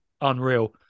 unreal